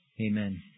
Amen